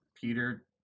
Peter